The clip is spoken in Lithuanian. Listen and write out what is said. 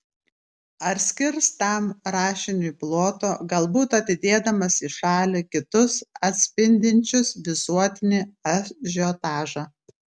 ar skirs tam rašiniui ploto galbūt atidėdamas į šalį kitus atspindinčius visuotinį ažiotažą